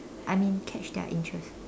I mean catch their interest